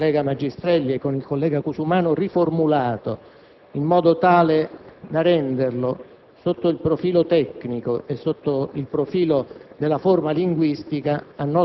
Signor Presidente, sono grato ai colleghi